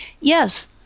Yes